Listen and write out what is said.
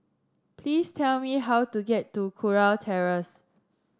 please tell me how to get to Kurau Terrace